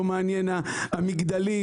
לא מעניין המגדלים,